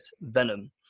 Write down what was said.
Venom